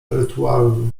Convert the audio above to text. rytualne